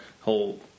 whole